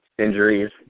injuries